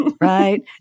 right